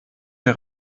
der